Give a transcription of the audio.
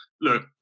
look